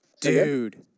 Dude